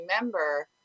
remember